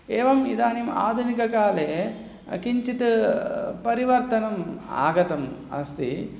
एवम् इदानीम् आधुनिककाले किञ्चित् परिवर्तनम् आगतम् अस्ति